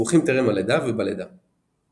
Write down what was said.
לסיבוכים טרם הלידה, ובלידה.